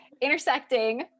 intersecting